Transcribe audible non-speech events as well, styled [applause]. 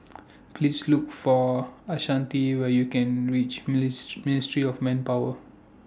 Please Look For Ashanti when YOU REACH [unintelligible] Ministry of Manpower